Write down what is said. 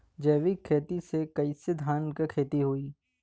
जैविक खेती से कईसे धान क खेती होई?